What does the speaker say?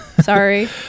Sorry